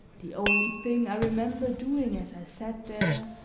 the only thing i remember doing as i sat there,